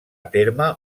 terme